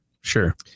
Sure